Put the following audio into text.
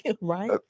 Right